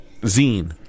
zine